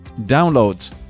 downloads